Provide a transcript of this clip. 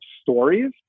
stories